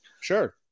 Sure